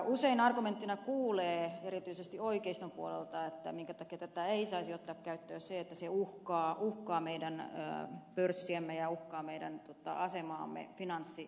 usein argumenttina kuulee erityisesti oikeiston puolelta minkä takia tätä ei saisi ottaa käyttöön että se uhkaa meidän pörssiämme ja uhkaa meidän asemaamme finanssikeskuksena